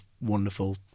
wonderful